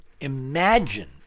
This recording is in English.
imagine